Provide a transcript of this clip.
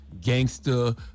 gangster